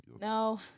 No